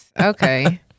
Okay